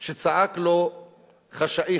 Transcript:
שצעק לו אתמול "חשאית,